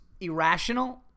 irrational